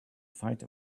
fight